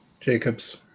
Jacobs